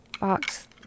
box